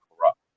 corrupt